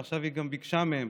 עכשיו היא גם ביקשה מהם